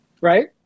Right